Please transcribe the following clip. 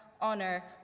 honor